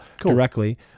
directly